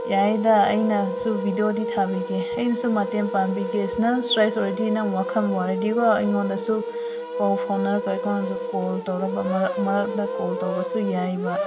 ꯌꯥꯏꯗ ꯑꯩꯅꯁꯨ ꯕꯤꯗꯤꯑꯣꯗꯤ ꯊꯥꯕꯤꯒꯦ ꯑꯩꯅꯁꯨ ꯃꯇꯦꯡ ꯄꯥꯡꯕꯤꯒꯦ ꯅꯪ ꯏꯁꯇ꯭ꯔꯦꯁ ꯑꯣꯏꯔꯗꯤ ꯅꯪ ꯋꯥꯈꯜ ꯋꯥꯔꯗꯤꯀꯣ ꯑꯩꯉꯣꯟꯗꯁꯨ ꯄꯥꯎ ꯐꯥꯎꯅꯔꯒ ꯑꯩꯉꯣꯟꯗꯁꯨ ꯀꯣꯜ ꯇꯧꯔꯛꯑꯣꯕ ꯃꯔꯝ ꯃꯔꯝꯇ ꯀꯣꯜ ꯇꯧꯕꯁꯨ ꯌꯥꯏꯌꯦꯕ